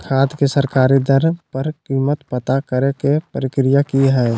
खाद के सरकारी दर पर कीमत पता करे के प्रक्रिया की हय?